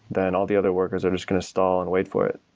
then all the other workers are just going to stall and wait for it.